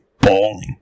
bawling